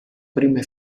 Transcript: prime